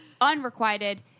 unrequited